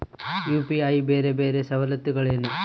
UPI ಬೇರೆ ಬೇರೆ ಸವಲತ್ತುಗಳೇನು?